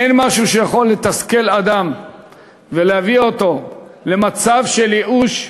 אין משהו שיכול לתסכל אדם ולהביא אותו למצב של ייאוש,